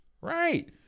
right